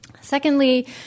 Secondly